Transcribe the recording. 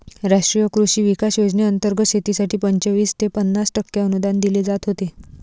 राष्ट्रीय कृषी विकास योजनेंतर्गत शेतीसाठी पंचवीस ते पन्नास टक्के अनुदान दिले जात होते